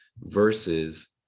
versus